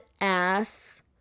Ass